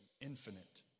infinite